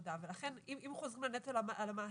לעבודה ולכן אם חוזרים לנטל על המעסיק,